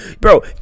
bro